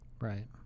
Right